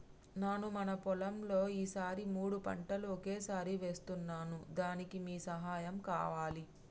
నాను మన పొలంలో ఈ సారి మూడు పంటలు ఒకేసారి వేస్తున్నాను దానికి మీ సహాయం కావాలి